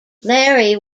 larry